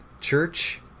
church